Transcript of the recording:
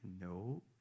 No